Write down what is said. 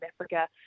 Africa